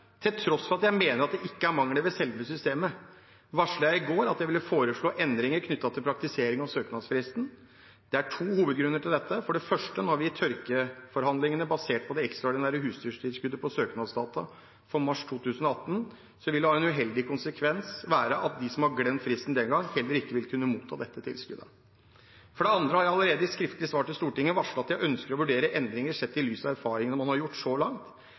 foreslå endringer knyttet til praktiseringen av søknadsfristene. Det er to hovedgrunner til dette. For det første: Når vi i tørkeforhandlingene baserte det ekstraordinære husdyrtilskuddet på søknadsdata for mars 2018, vil en uheldig konsekvens være at de som glemte fristen den gangen, heller ikke vil motta dette tilskuddet. For det andre har jeg allerede i skriftlige svar til Stortinget varslet at jeg ønsket å vurdere endringer, sett i lys av erfaringene man har gjort seg så langt.